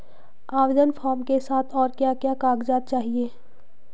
आवेदन फार्म के साथ और क्या क्या कागज़ात चाहिए?